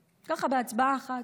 ככה, בהצבעה אחת.